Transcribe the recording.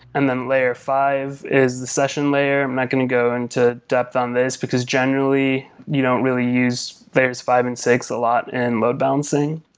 and then layer five is the session layer. i'm not going to go into depth on this, because generally you don't really use layers five and six a lot in load-balancing,